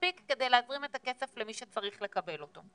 מספיק כדי להזרים את הכסף למי שצריך לקבל אותו.